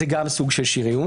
זה גם סוג של שריון,